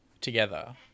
together